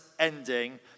ending